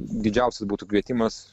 didžiausias būtų kvietimas